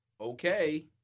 okay